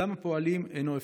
דם פועלים אינו הפקר.